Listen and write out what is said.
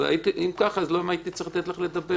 אם ככה, למה הייתי צריך לתת לך לדבר?